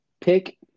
pick